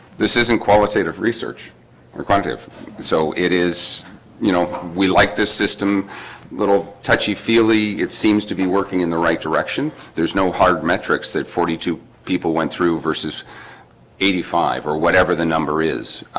this isn't qualitative research your quantitive so it is you know, we like this system little touchy feely it seems to be working in the right direction there's no hard metrics that forty two people went through versus eighty five or whatever the number is